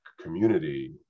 community